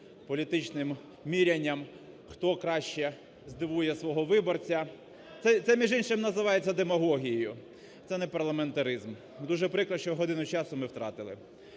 політичним мірянням, хто краще здивує свого виборця. Це між іншим називається демагогією, це не парламентаризм, дуже прикро, що годину часу ми втратили.